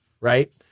right